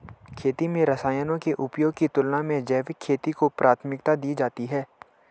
खेती में रसायनों के उपयोग की तुलना में जैविक खेती को प्राथमिकता दी जाती है